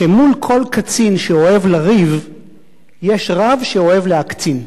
שמול כל קצין שאוהב לריב יש רב שאוהב להקצין.